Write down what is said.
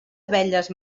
abelles